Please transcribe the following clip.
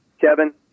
Kevin